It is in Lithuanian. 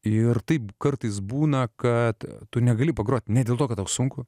ir taip kartais būna kad tu negali pagrot ne dėl to kad tau sunku